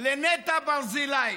לנטע ברזילי.